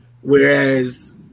whereas